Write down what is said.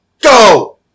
Go